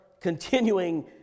continuing